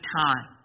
time